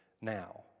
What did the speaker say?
now